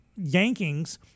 yankings